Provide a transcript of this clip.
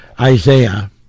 Isaiah